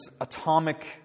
atomic